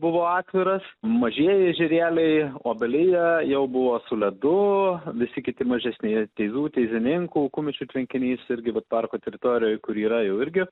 buvo atviras mažieji ežerėliai obelija jau buvo su ledu visi kiti mažesni teizų teizininkų kumečių tvenkinys irgi vat parko teritorijoj kur yra jau irgi